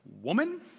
Woman